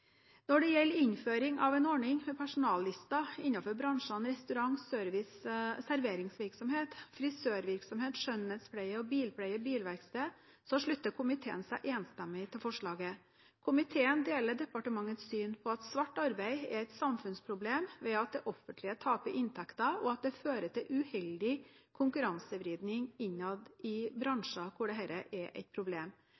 Når det gjelder innføring av en ordning med personallister innenfor bransjene restaurant- og serveringsvirksomhet, frisørvirksomhet og skjønnhetspleie, bilpleie og bilverksted, slutter komiteen seg enstemmig til forslaget. Komiteen deler departementets syn om at svart arbeid er et samfunnsproblem. Det offentlige taper inntekter, og det fører til uheldig konkurransevridning innad i